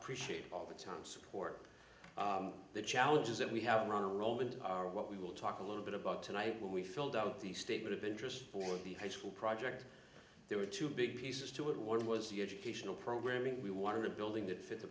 appreciate all the time support the challenges that we have around rome and what we will talk a little bit about tonight when we filled out the statement of interest for the high school project there were two big pieces to it one was the educational programming we wanted a building that fit the